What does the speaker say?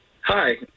Hi